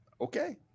okay